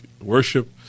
worship